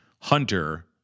Hunter